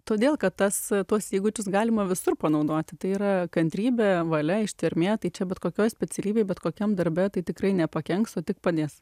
todėl kad tas tuos įgūdžius galima visur panaudoti tai yra kantrybė valia ištvermė tai čia bet kokioj specialybėj bet kokiam darbe tai tikrai nepakenks o tik padės